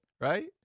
right